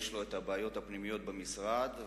יש לו את הבעיות הפנימיות במשרד,